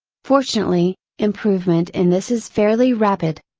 fortunately, improvement in this is fairly rapid.